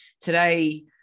today